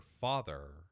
father